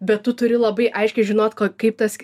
bet tu turi labai aiškiai žinot kaip tas